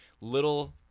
little